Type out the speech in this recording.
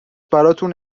براتون